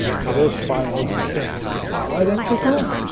so those files are identical.